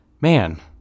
man